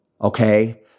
Okay